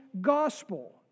gospel